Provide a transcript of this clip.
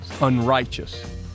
unrighteous